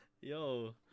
Yo